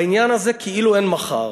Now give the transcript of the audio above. בעניין הזה, כאילו אין מחר.